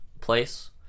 place